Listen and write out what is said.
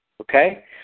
Okay